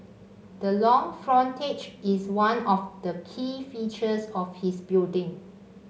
the long frontage is one of the key features of this building